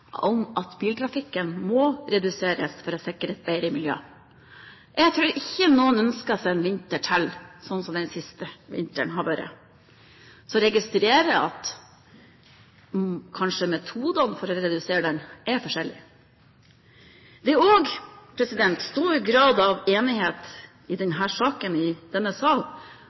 om at biltrafikken må reduseres for å sikre et bedre miljø. Jeg tror ikke noen ønsker seg en slik vinter til, som den siste vinteren. Men jeg registrerer at kanskje metodene for å redusere biltrafikken er forskjellige. Det er også stor grad av enighet i denne saken